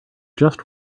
just